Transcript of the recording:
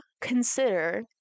consider